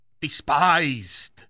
despised